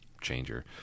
changer